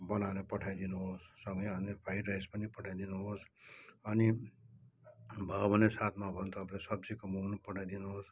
बनाएर पठाइदिनुहोस् सँगै अनि फ्राई राइस पनि पठाइदिनुहोस् अनि भय़ो भने साथमा भयो भने तपाईँले सब्जीको पकाइ पठाइदिनुहोस्